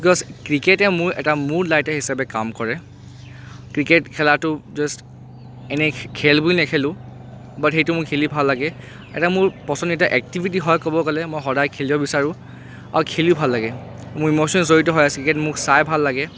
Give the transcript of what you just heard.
because ক্ৰিকেটে মোৰ এটা মূল লাইটাৰ হিচাপে কাম কৰে ক্ৰিকেট খেলাটো জাষ্ট এনেই খেল বুলি নেখেলোঁ বাট সেইটো মোৰ খেলি ভাল লাগে এটা মোৰ পচন্দিদা এক্টিভিটি হয় ক'ব গ'লে মই সদায় খেলিব বিচাৰোঁ আৰু খেলিও ভাল লাগে মোৰ ইম'শ্যনছ জড়িত হৈ আছে ক্ৰিকেট মোৰ চাই ভাল লাগে